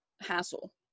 hassle